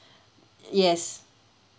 yes